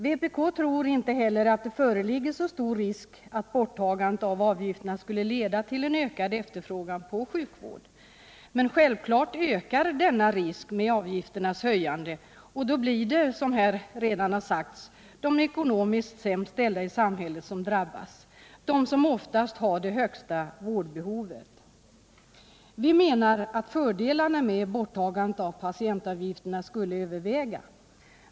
Vpk tror inte heller att det föreligger så stor risk för att borttagandet av avgifterna skulle leda till en ökad efterfrågan på sjukvård. Men en höjning av avgifterna medför självfallet ökad risk och att de som främst drabbas blir de ekonomiskt sämst ställda i samhället, som oftast har det högsta vårdbehovet. Vpk menar att fördelarna med borttagande av patientavgifterna skulle överväga.